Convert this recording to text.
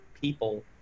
people